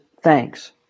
thanks